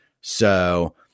So-